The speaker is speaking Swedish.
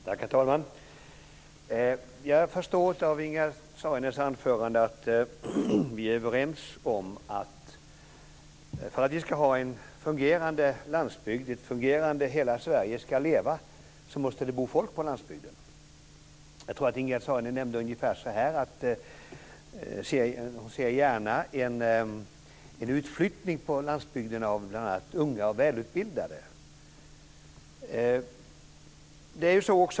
Herr talman! Jag har förstått av Ingegerd Saarinens anförande att vi är överens om att för att vi ska ha en fungerande landsbygd, att hela Sverige ska leva måste det bo folk på landsbygden. Jag tror att Ingegerd Saarinen sade att hon gärna ser en utflyttning till landsbygden av bl.a. unga och välutbildade.